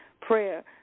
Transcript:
prayer